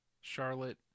Charlotte